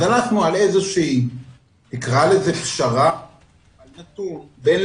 אז הלכנו על איזושהי פשרה בין-לאומית,